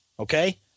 Okay